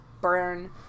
burn